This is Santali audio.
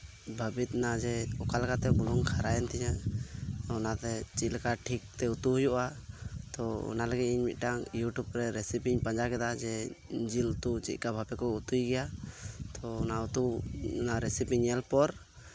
ᱵᱷᱟᱵᱤᱛ ᱮᱱᱟ ᱡᱮ ᱚᱠᱟ ᱞᱮᱠᱟᱛᱮ ᱵᱩᱞᱩᱝ ᱠᱷᱟᱨᱟᱭᱮᱱ ᱛᱤᱧᱟᱹ ᱚᱱᱟᱛᱮ ᱪᱮᱫ ᱞᱮᱠᱟ ᱴᱷᱤᱠ ᱛᱮ ᱩᱛᱩ ᱦᱩᱭᱩᱜᱼᱟ ᱛᱳ ᱚᱱᱟ ᱞᱟᱹᱜᱤᱫ ᱤᱧ ᱢᱤᱫᱴᱟᱝ ᱤᱭᱩᱴᱩᱵ ᱨᱮ ᱨᱮᱥᱤᱯᱤ ᱯᱟᱸᱡᱟ ᱠᱮᱫᱟ ᱡᱮ ᱡᱤᱞ ᱩᱛᱩ ᱪᱮᱛ ᱞᱮᱠᱟ ᱵᱷᱟᱵᱮ ᱠᱚ ᱩᱛᱩᱭ ᱜᱮᱭᱟ ᱛᱳ ᱚᱱᱟ ᱩᱛᱩ ᱨᱮᱥᱤᱯᱤ ᱧᱮᱞ ᱯᱚᱨ